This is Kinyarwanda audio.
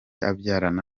abyarana